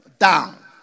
down